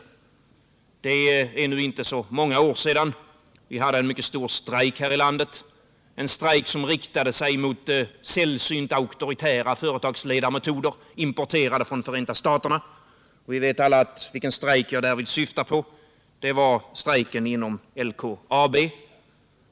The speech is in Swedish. Det är nu inte så många år sedan vi hade en mycket stor strejk här i landet, en strejk som riktade sig mot sällsynt auktoritära företagsledarmetoder, importerade från Förenta staterna. Vi vet alla vilken strejk jag därvid syftar på: strejken inom LKAB.